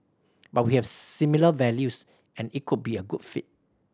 but we have similar values and it could be a good fit